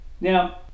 now